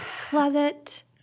Closet